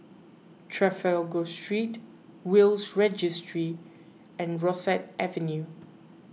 Trafalgar Street Will's Registry and Rosyth Avenue